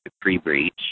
pre-breach